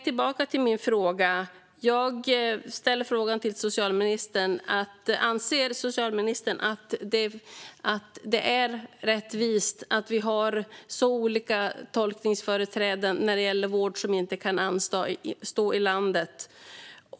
Jag vill återigen ställa frågan till socialministern: Anser socialministern att det är rättvist att vi har så olika tolkningar när det gäller vård som inte kan anstå i landet?